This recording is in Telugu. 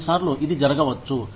కొన్ని సార్లు ఇది జరగవచ్చు